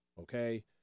okay